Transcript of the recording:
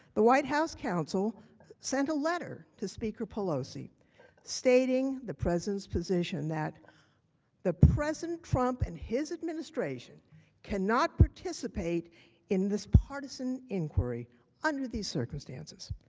the white house counsel sent a letter to speaker pelosi stating the president's position that president trump and his administration cannot participate in this partisan inquiry under these circumstances.